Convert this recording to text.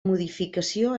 modificació